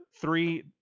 three